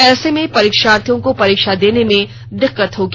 ऐसे में परीक्षार्थियों को परीक्षा देने में दिक्कत होगी